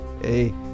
hey